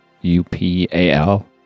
U-P-A-L